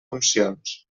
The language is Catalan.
funcions